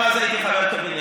גם אז הייתי חבר קבינט.